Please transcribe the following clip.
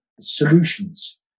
solutions